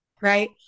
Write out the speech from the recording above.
right